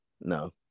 No